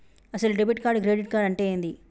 అసలు debit card credit card అంటే ఏంది?